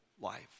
life